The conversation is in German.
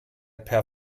per